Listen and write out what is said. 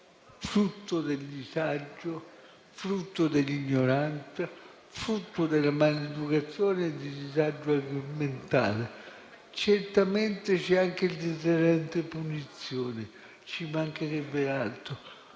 frutto del disagio, frutto dell'ignoranza, frutto della maleducazione e del disagio mentale. Certamente c'è anche il deterrente punizione, ci mancherebbe altro.